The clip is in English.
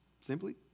simply